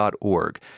org